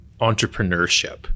entrepreneurship